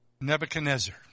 Nebuchadnezzar